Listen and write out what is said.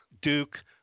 Duke